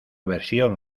versión